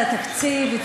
על התקציב.